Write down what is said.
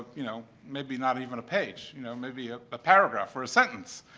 you know, maybe not even a page, you know, maybe ah a paragraph or a sentence.